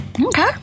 okay